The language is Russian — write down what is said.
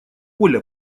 оля